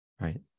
right